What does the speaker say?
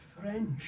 French